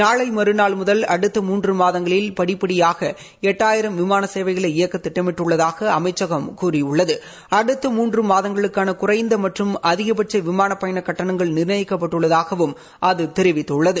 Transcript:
நாளை மறுநாள் முதல் அடுத்த மூன்று மாதங்களில் படிப்படியாக எட்டாயிரம் விமான சேவைகளை இயக்க திட்டமிட்டுள்ளதாக அமைச்சகம் கூறியுள்ளது அடுத்த மூன்று மாதங்களுக்கான குறைந்த மற்றும் அதிகபட்ச விமான பயண கட்டணங்கள் நிர்ணயிக்கப்பட்டுள்ளதாகவும் அது தெரிவித்துள்ளது